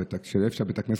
איפה שבית הכנסת,